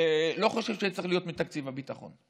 לא חושב שזה צריך להיות מתקציב הביטחון.